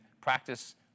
practice